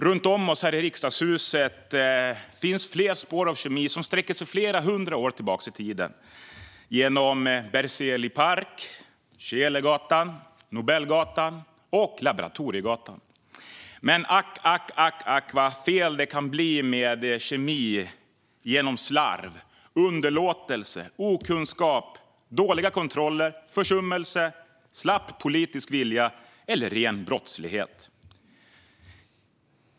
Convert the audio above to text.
Runt om oss här i riksdagshuset finns fler spår av kemi som sträcker sig flera hundra år tillbaka i tiden - genom Berzelii park, Scheelegatan, Nobelgatan och Laboratoriegatan. Men ack, ack, ack vad fel det kan bli med kemi genom slarv, underlåtelse, okunskap, dåliga kontroller, försummelse, slapp politisk vilja eller ren brottslighet.